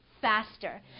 faster